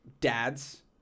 dad's